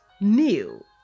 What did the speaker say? new